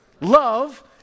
love